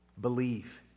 believe